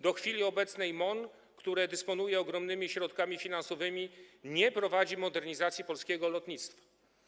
Do chwili obecnej MON, który dysponuje ogromnymi środkami finansowymi, nie prowadzi modernizacji polskiego lotnictwa.